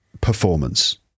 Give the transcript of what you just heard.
performance